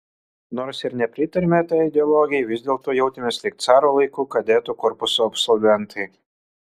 nors ir nepritarėme tai ideologijai vis dėlto jautėmės lyg caro laikų kadetų korpuso absolventai